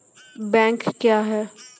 Bank क्या हैं?